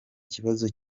kibazo